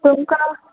तुमकां